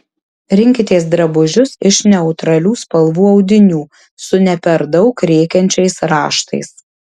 rinkitės drabužius iš neutralių spalvų audinių su ne per daug rėkiančiais raštais